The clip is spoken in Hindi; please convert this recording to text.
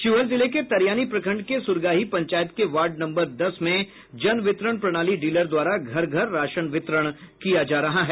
शिवहर जिले के तरियानी प्रखंड के सुरगाही पंचायत के वार्ड नम्बर दस में जन वितरण प्रणाली डीलर द्वारा घर घर राशन वितरण किया जा रहा है